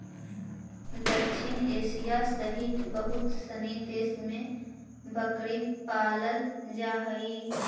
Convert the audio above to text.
दक्षिण एशिया सहित बहुत सनी देश में बकरी पालल जा हइ